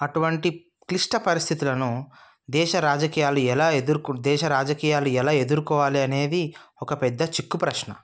అటువంటి క్లిష్ట పరిస్థితులను దేశ రాజకీయాలు ఎలా ఎదుర్కొని దేశ రాజకీయాలు ఎలా ఎదురుకోవాలి అనేది ఒక పెద్ద చిక్కు ప్రశ్న